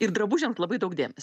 ir drabužiam labai daug dėmesio